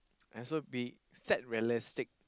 also be set realistic